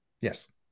Yes